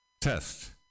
Test